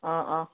ꯑꯥ ꯑꯥ